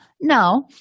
No